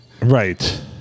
Right